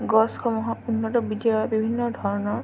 গছসমূহক উন্নত বৃদ্ধিৰ বাবে বিভিন্ন ধৰণৰ